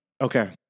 Okay